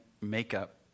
makeup